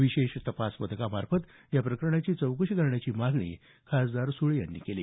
विशेष तपास पथकामार्फत या प्रकरणांची चौकशी करण्याची मागणी खासदार सुळे यांनी केली